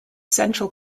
central